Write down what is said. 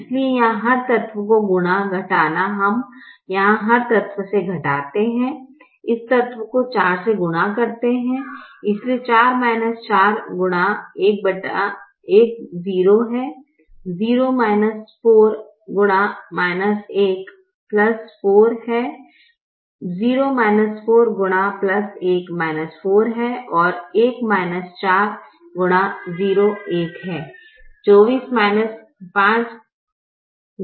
इसलिए यहां हर तत्व को गुणा घटाना हम यहाँ हर तत्व से घटाते हैं इस तत्व को 4 से गुणा करते है इसलिए 4 4 गुणा 1 0 है 0 4 x 1 4 है x 1 4 है और 1 4 x 0 1 है 24 24 20 4 है